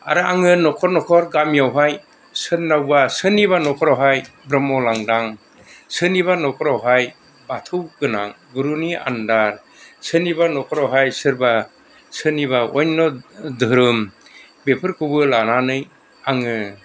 आरो आङो न'खर न'खर गामियावहाय सोरनावबा सोरनिबा न'खरावहाय ब्रह्म लांदां सोरनिबा न'खरावहाय बाथौ गोनां गुरुनि आन्दार सोरनिबा न'खरावहाय सोरबा सोरनिबा अयन' धोरोम बेफोरखौबो लानानै आङो